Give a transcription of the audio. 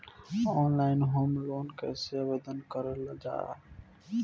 Online home loan कैसे आवेदन करल जा ला?